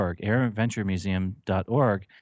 airventuremuseum.org